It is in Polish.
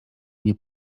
nie